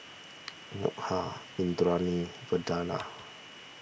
Milkha Indranee Vandana